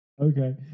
okay